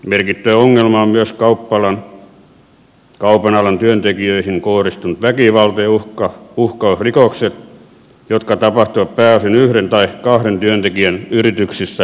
merkittävä ongelma on myös kaupan alan työntekijöihin kohdistunut väkivalta ja uhkausrikokset jotka tapahtuvat pääosin yhden tai kahden työntekijän yrityksissä ilta aikaan